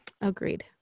agreed